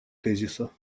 тезиса